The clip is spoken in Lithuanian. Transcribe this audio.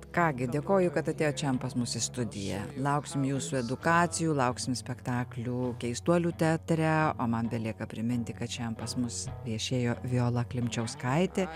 ką gi dėkoju kad atėjot šiandien pas mus į studiją lauksim jūsų edukacijų lauksim spektaklių keistuolių teatre o man belieka priminti kad šiandien pas mus viešėjo viola klimčiauskaitė